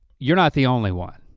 you're not the only one.